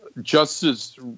Justice